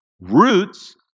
Roots